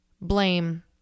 blame